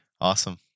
Awesome